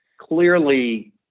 Clearly